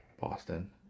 Boston